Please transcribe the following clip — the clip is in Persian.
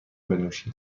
بنوشیم